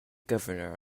governor